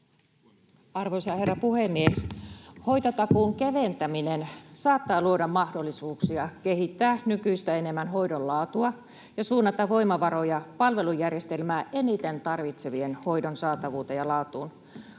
Arvoisa herra puhemies! Hoitotakuun keventäminen saattaa luoda mahdollisuuksia kehittää nykyistä enemmän hoidon laatua ja suunnata voimavaroja palvelujärjestelmää eniten tarvitsevien hoidon saatavuuteen ja laatuun.